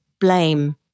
blame